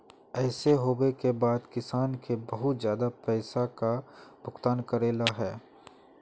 ऐसे होबे के बाद किसान के बहुत ज्यादा पैसा का भुगतान करले है?